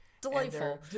Delightful